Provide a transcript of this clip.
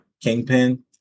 Kingpin